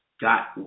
got